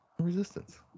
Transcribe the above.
resistance